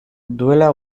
duela